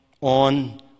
on